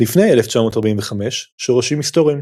לפני 1945 שורשים היסטוריים